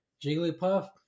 Jigglypuff